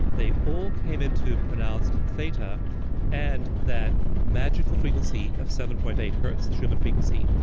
they all came into pronounced theta and that magical frequency of seven point eight hertz the shaman frequency.